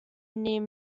near